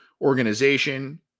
organization